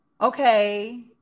Okay